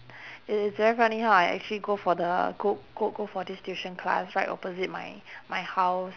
it is very funny how I actually go for the go go go for this tuition class right opposite my my house